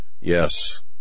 yes